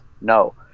No